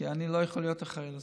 כי אני לא יכול להיות אחראי לזה,